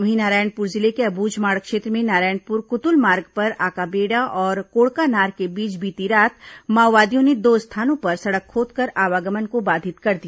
वहीं नारायणपुर जिले के अब्झमाड़ क्षेत्र में नारायणपुर कुतुल मार्ग पर आकाबेड़ा और कोड़कानार के बीच बीती रात माओवादियों ने दो स्थानों पर सड़क खोदकर आवागमन को बाधित कर दिया